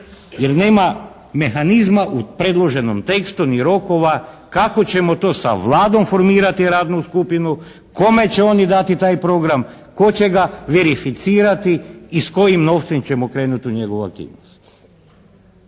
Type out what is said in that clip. jer nema mehanizma u predloženom tekstu ni rokova kako ćemo to sa Vladom formirati radnu skupinu? Kome će oni dati taj program? Tko će ga verificirati i s kojim novcem ćemo krenuti u njegovu aktivnost?